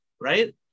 Right